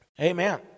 Amen